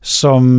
som